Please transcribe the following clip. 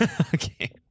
Okay